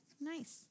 Nice